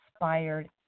inspired